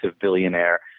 billionaire